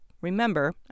Remember